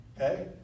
Okay